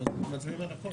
מצביעים על הכול.